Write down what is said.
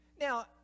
now